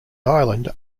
island